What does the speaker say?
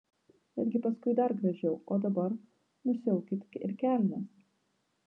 betgi paskiau dar gražiau o dabar nusiaukit ir kelnes